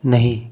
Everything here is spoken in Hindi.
नहीं